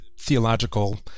theological